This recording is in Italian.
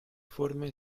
forme